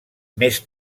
més